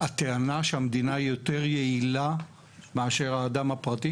הטענה שמדינה היא יותר יעילה מאשר האדם הפרטי,